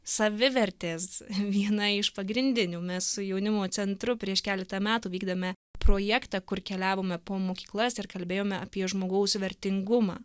savivertės viena iš pagrindinių mes su jaunimo centru prieš keletą metų vykdome projektą kur keliavome po mokyklas ir kalbėjome apie žmogaus vertingumą